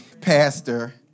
pastor